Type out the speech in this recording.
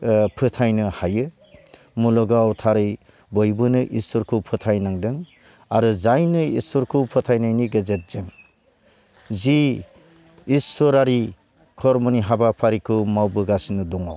ओ फोथायनो हायो मुलुगाव थारै बयबोनो इसोरखौ फोथाय नांदों आरो जायनो इसोरखौ फोथायनि गेजेरजों जि इसोरारि खरमनि हाबाफारिखौ मावबोगासिनो दङ